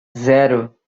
zero